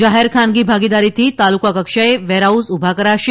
જાહેર ખાનગી ભાગીદારીથી તાલુકા કક્ષાએ વેર હાઉસ ઊભા કરાશે